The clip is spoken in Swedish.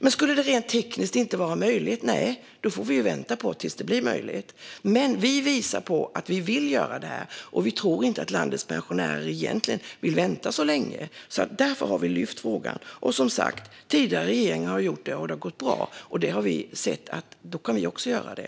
Om det rent tekniskt inte skulle bli möjligt får vi vänta tills det blir möjligt, men vi visar att vi vill göra detta. Vi tror inte att landets pensionärer egentligen vill vänta så länge, och därför har vi lyft upp frågan. Som sagt: Tidigare regeringar har gjort detta, och det har gått bra. Då kan vi också göra det.